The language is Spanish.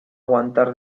aguantar